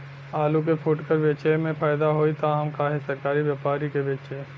आलू के फूटकर बेंचले मे फैदा होई त हम काहे सरकारी व्यपरी के बेंचि?